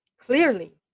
clearly